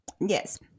Yes